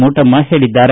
ಮೋಟಮ್ನ ಹೇಳಿದ್ದಾರೆ